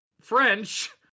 French